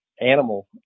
animal